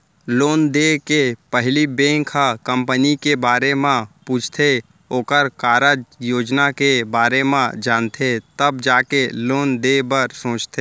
loan देय के पहिली बेंक ह कंपनी के बारे म पूछथे ओखर कारज योजना के बारे म जानथे तब जाके लोन देय बर सोचथे